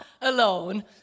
alone